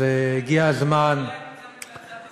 אולי תיצמד להצעה שלך לסדר-היום?